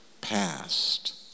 past